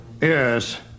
Yes